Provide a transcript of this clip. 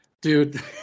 Dude